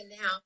now